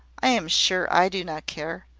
i am sure i do not care.